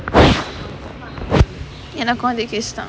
எனக்கும் அதே:enakkum athae case தான்:thaan